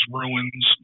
ruins